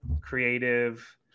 creative